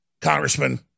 Congressman